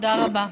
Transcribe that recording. תודה רבה.